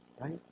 right